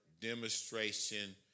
demonstration